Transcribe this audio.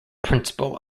principle